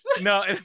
No